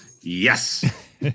Yes